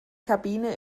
kabine